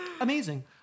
Amazing